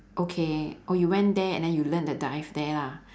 okay oh you went there and then you learn the dive there lah